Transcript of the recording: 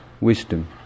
wisdom